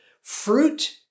Fruit